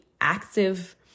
active